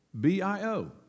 B-I-O